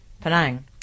Penang